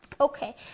Okay